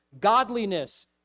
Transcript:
godliness